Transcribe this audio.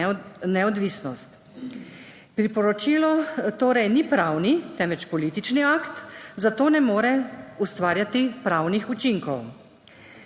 neodvisnost. Priporočilo torej ni pravni, temveč politični akt, za to ne more ustvarjati pravnih učinkov.